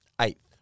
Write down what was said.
eighth